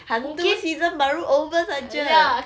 hantu season baru over sahaja